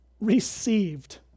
received